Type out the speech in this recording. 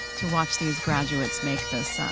watch these graduates make this